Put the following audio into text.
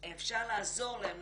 אפשר לעזור להן,